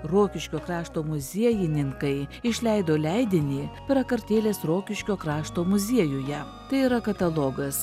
rokiškio krašto muziejininkai išleido leidinį prakartėlės rokiškio krašto muziejuje tai yra katalogas